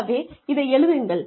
ஆகவே இதை எழுதுங்கள்